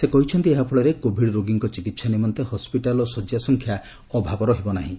ସେ କହିଛନ୍ତି ଏହାଫଳରେ କୋଭିଡ୍ ରୋଗୀଙ୍କ ଚିକିତ୍ସା ନିମନ୍ତେ ହସ୍କିଟାଲ୍ ଓ ଶଯ୍ୟା ସଂଖ୍ୟା ଅଭାବ ରହିବ ନାହିଁ